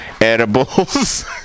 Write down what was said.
Edibles